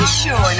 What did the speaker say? sure